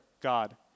God